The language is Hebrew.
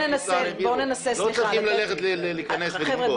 לא צריכים להיכנס -- חבר'ה,